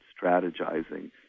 strategizing